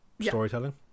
storytelling